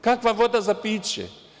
Kakva voda za piće?